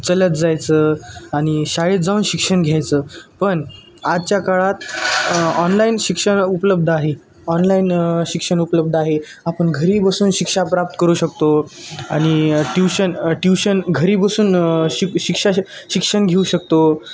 चालत जायचं आणि शाळेत जाऊन शिक्षण घ्यायचं पण आजच्या काळात ऑनलाईन शिक्षण उपलब्ध आहे ऑनलाईन शिक्षण उपलब्ध आहे आपण घरी बसून शिक्षा प्राप्त करू शकतो आणि ट्यूशन ट्यूशन घरी बसून शिक शिक्षा श शिक्षण घेऊ शकतो